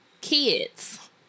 kids